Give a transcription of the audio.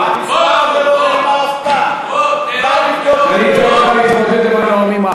זה לא מקל את העניין, תאמין לי.